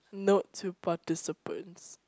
note to participants